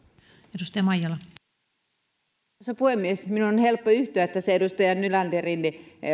arvoisa puhemies minun on helppo yhtyä tässä edustaja nylanderin